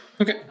Okay